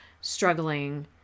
struggling